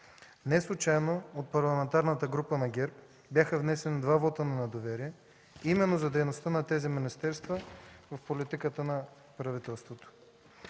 Неслучайно от Парламентарната група на ГЕРБ бяха внесени два вота на недоверие именно за дейността на тези министерства в политиката на правителството.